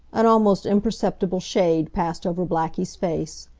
an almost imperceptible shade passed over blackie's face.